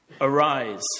Arise